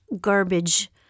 garbage